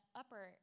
upper